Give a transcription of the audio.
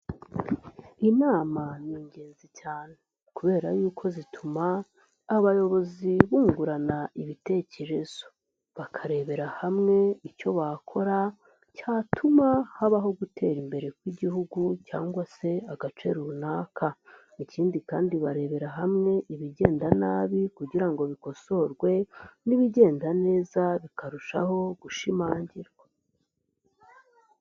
Inama ni ingenzi cyane kubera yuko zituma abayobozi bungurana ibitekerezo, bakarebera hamwe icyo bakora cyatuma habaho gutera imbere k'Igihugu cyangwa se agace runaka. Ikindi kandi barebera hamwe ibigenda nabi kugira ngo bikosorwe n'ibigenda neza bikarushaho gushimangirwa.